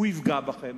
הוא יפגע בכם,